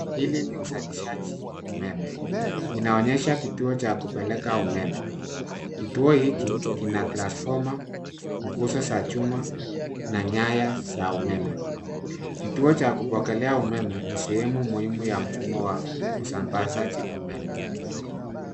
Hili ni uzalisha wa umeme. Inaonyesha kituo cha kupeleka umeme. Kituo hiki kina transfomer ,nguzo za chuma na nyaya za umeme . Kituo cha kupokelea umeme ni sehemu muhimu ya mfumo wa usambazaji wa umeme.